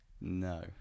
No